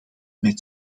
met